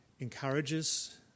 encourages